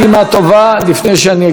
לפני שאני אגיד את התוצאות,